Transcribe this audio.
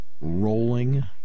rolling